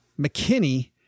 McKinney